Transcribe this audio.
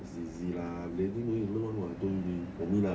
is easy lah blading no need to learn one what I told you this for me lah